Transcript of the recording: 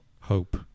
hope